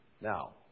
Now